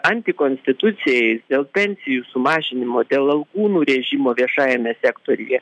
antikonstituciniais dėl pensijų sumažinimo dėl algų nurėžimo viešajame sektoriuje